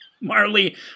Marley